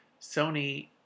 Sony